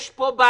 יש פה בעיה.